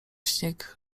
śnieg